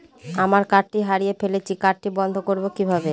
আমার কার্ডটি হারিয়ে ফেলেছি কার্ডটি বন্ধ করব কিভাবে?